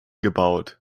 gebaut